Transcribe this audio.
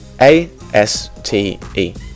A-S-T-E